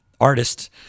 artist